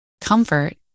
Comfort